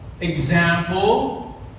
example